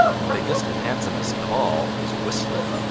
the biggest and handsomest of all is whistler,